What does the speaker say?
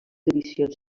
edicions